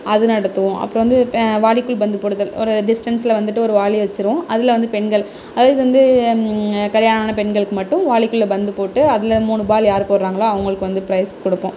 அது நடத்துவோம் அப்புறம் வந்து வாளிக்குள் பந்து போடுதல் ஒரு டிஸ்டன்ஸில் வந்துட்டு ஒரு வாளி வைச்சிருவோம் அதில் வந்து பெண்கள் அது இது வந்து கல்யாணம் ஆன பெண்களுக்கு வாளிக்குள் பந்து போட்டு அதில் மூணு பால் யார் போடுறாங்களோ அவங்களுக்கு வந்து ப்ரைஸ் கொடுப்போம்